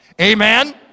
Amen